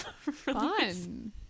Fun